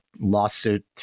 lawsuit